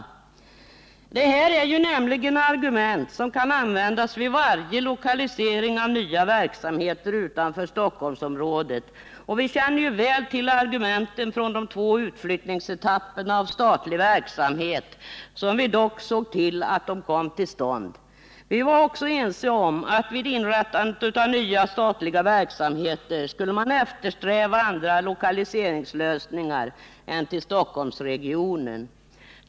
Det här är ju argument som kan användas vid varje lokalisering av nya verksamheter utanför Stockholmsområdet. Vi känner väl till argumenten från de två utflyttningsetapperna av statlig verksamhet, som vi dock såg till att de kom till stånd. Vi var också ense om att man vid inrättandet av nya statliga verksamheter skulle eftersträva andra lösningar än lokalisering till Stockholmsregionen.